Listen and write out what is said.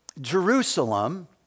Jerusalem